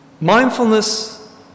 Mindfulness